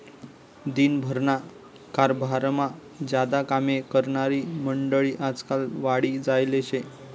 दिन भरना कारभारमा ज्यादा कामे करनारी मंडयी आजकाल वाढी जायेल शे